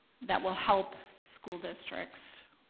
that will help school districts.